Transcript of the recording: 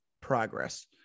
progress